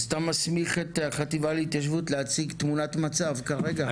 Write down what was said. אתה מסמיך את החטיבה להתיישבות להציג תמונת מצב כרגע?